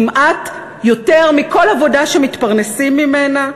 כמעט יותר מכל עבודה שמתפרנסים ממנה?